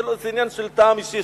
זה עניין של טעם אישי.